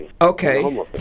Okay